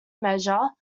measure